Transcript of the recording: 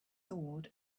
sword